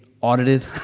audited